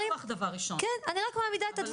בתוספת שיעור הקידום לשנת 2021. ההגדרה הזאת